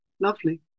Lovely